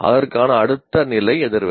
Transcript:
அதற்கான அடுத்த நிலை எதிர்வினை